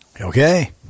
okay